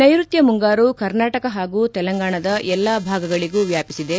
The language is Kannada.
ನೈರುತ್ಯ ಮುಂಗಾರು ಕರ್ನಾಟಕ ಹಾಗೂ ತೆಲಂಗಾಣದ ಎಲ್ಲ ಭಾಗಗಳಗೂ ವ್ಯಾಪಿಸಿದೆ